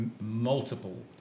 multiple